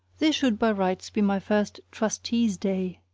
this should by rights be my first trustees' day.